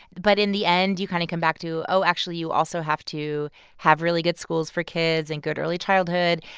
but in the end, you kind of come back to, oh, actually, you also have to have really good schools for kids and good early childhood.